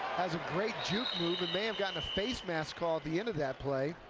has a great juke move, and may have gotten a fast mask call at the end of that play,